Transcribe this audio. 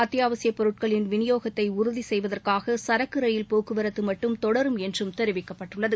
அத்தியாவசியப் பொருட்களின் விநியோகத்தை உறுதி செய்வதற்காக சரக்கு ரயில் போக்குவரத்து மட்டும் தொடரும் என்றும் தெரிவிக்கப்பட்டுள்ளது